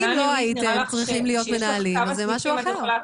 אם לא הייתם צריכים להיות מנהלים, זה משהו אחר.